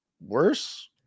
worse